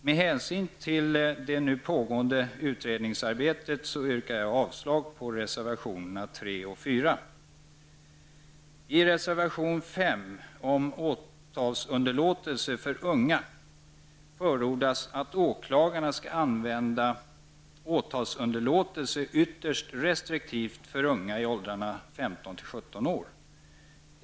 Med hänvisning till det nu pågående utredningsarbetet yrkar jag avslag på reservationerna 3 och 4. I reservation 5 om åtalsunderlåtelse för unga förordas att åklagarna skall använda åtalsunderlåtelse ytterst restriktivt för unga i åldrarna 15--17 år.